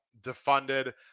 defunded